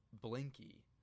Blinky